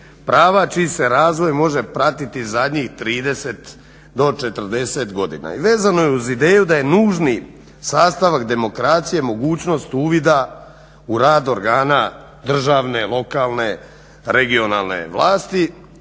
prava čiji s razvoj može pratiti zadnjih 30-40 godina i vezano je uz ideju da je nužni sastavak demokracije mogućnost uvida u rad organa državne, lokalne, regionalne vlasti